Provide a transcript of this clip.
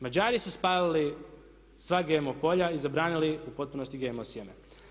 Mađari su spajali sva GMO polja i zabranili u potpunosti GMO sjeme.